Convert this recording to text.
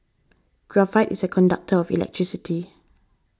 graphite is a conductor of electricity